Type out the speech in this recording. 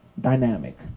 dynamic